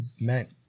meant